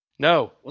No